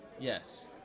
Yes